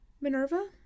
Minerva